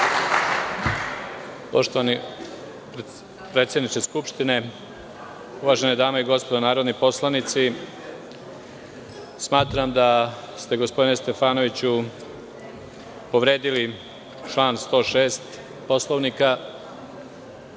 Poštovani predsedniče Skupštine, uvažene dame i gospodo narodni poslanici, smatram da ste, gospodine Stefanoviću povredili član 106. Poslovnika.